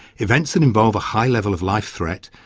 events that involve a high level of life threat,